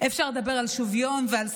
אפשר לדבר על שוויון ועל זכויות,